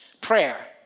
prayer